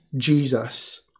Jesus